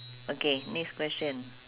okay next question